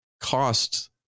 costs